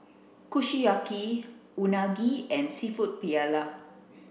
Kushiyaki Unagi and Seafood Paella